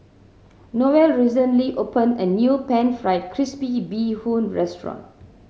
Noel recently opened a new Pan Fried Crispy Bee Hoon restaurant